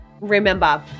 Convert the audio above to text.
remember